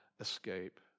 escape